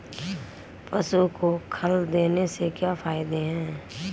पशु को खल देने से क्या फायदे हैं?